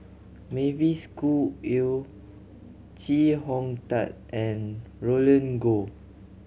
Mavis Khoo Oei Chee Hong Tat and Roland Goh